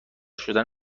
شدن